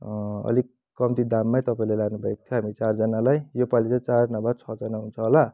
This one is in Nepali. अलिक कम्ती दाममै तपाईँले लानुभएको थियो हामी चारजनालाई यो पालि चाहिँ चार नभए छजना हुन्छ होला